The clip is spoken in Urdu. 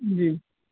جی